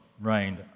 reigned